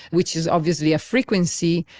which is obviously a frequency,